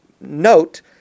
note